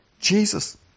Jesus